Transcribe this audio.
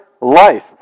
life